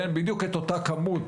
אבל בדיוק את אותה כמות